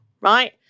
right